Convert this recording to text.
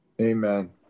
Amen